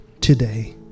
today